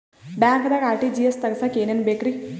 ಬ್ಯಾಂಕ್ದಾಗ ಆರ್.ಟಿ.ಜಿ.ಎಸ್ ತಗ್ಸಾಕ್ ಏನೇನ್ ಬೇಕ್ರಿ?